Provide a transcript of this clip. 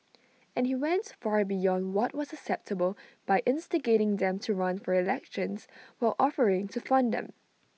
and he went far beyond what was acceptable by instigating them to run for elections while offering to fund them